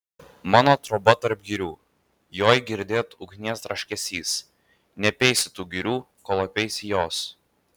mano troba tarp girių joj girdėt ugnies traškesys neapeisi tų girių kol apeisi jos